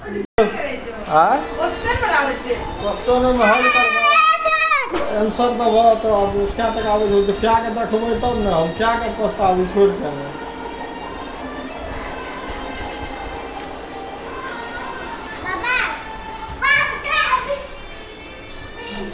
कीवीक फल पोषक तत्व सं भरल रहै छै